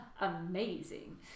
amazing